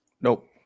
Nope